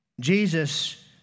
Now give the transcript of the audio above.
Jesus